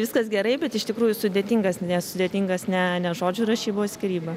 viskas gerai bet iš tikrųjų sudėtingas nesudėtingas ne žodžių rašybą o skyrybą